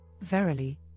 verily